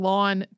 Lawn